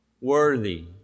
worthy